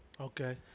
Okay